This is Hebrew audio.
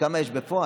וכמה יש בפועל,